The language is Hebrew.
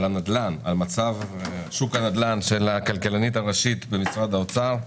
מצב שוק הנדל"ן של הכלכלנית הראשית במשרד האוצר,